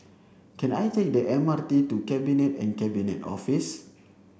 can I take the M R T to Cabinet and Cabinet Office